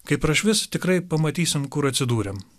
kai prašvis tikrai pamatysim kur atsidūrėm